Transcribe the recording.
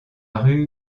rue